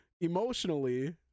emotionally